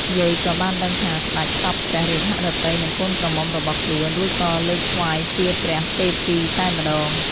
យាយក៏បានដឹងថា សេ្តចសព្វព្រះរាជហឫទ័យនឹងកូនក្រមុំរបស់ខ្លួន រួចក៏លើកថ្វាយជាព្រះទេពីតែម្ដង។